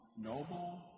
noble